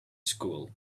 school